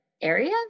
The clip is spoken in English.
areas